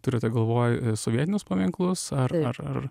turite galvoj sovietinius paminklus ar ar ar